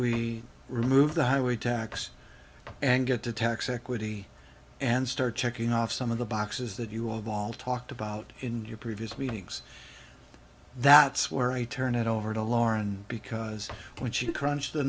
we remove the highway tax and get to tax equity and start checking off some of the boxes that you all have all talked about in your previous meetings that's where i turn it over to lauren because when she crunched the